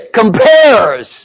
compares